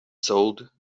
sold